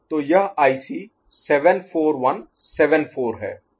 तो यह आईसी 74174 है